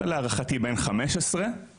להערכתי בן 15,